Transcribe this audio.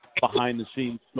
behind-the-scenes